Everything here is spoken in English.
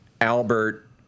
Albert